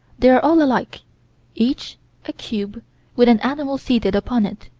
they are all alike each a cube with an animal seated upon it.